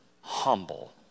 humble